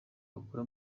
wakora